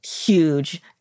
huge